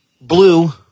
blue